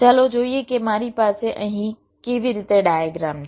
ચાલો જોઈએ કે મારી પાસે અહીં કેવી રીતે ડાયગ્રામ છે